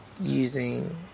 using